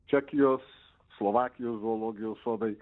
čekijos slovakijos zoologijos sodai